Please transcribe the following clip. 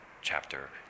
chapter